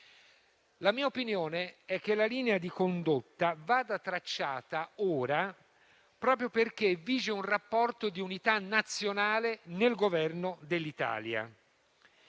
La mia opinione è che la linea di condotta vada tracciata ora proprio perché vige un rapporto di unità nazionale nel Governo dell'Italia.